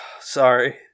sorry